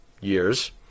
years